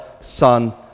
Son